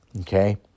okay